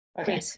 Okay